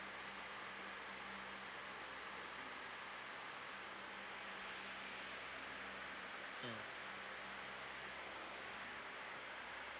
mm